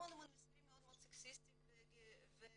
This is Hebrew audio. המון מסרים מאוד סקסיסטיים ומשפילים.